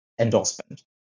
endorsement